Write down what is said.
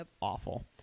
awful